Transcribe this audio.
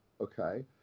okay